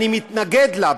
אני מתנגד לה,